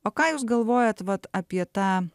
o ką jūs galvojat vat apie tą